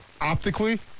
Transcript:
optically